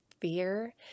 fear